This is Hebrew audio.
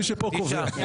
מי שפה קובע.